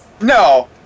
No